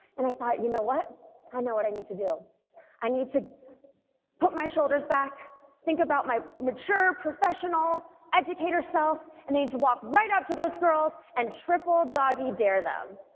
and i thought you know what i know what i need to do i need to put my shoulders back think about my mature professional educator self and need to walk right up to those girls and triple doggie dare them.